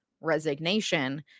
resignation